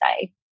say